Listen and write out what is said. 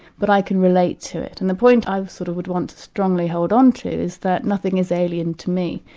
but i can relate to it, and the point i sort of would want to strongly hold on to is that nothing is alien to me.